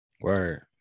Word